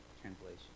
translation